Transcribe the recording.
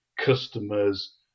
customers